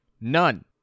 none